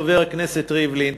חבר הכנסת ריבלין,